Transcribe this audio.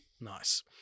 Nice